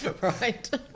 right